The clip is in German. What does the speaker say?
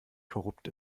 korrupt